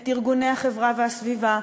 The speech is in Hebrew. את ארגוני החברה והסביבה,